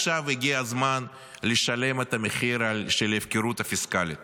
עכשיו הגיע הזמן לשלם את המחיר של ההפקרות הפיסקלית